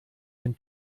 den